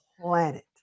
planet